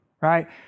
right